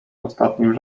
ostatnim